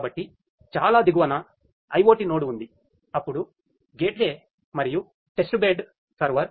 కాబట్టి చాలా దిగువన IoT నోడ్ ఉంది అప్పుడు గేట్వే మరియు టెస్ట్బెడ్ సర్వర్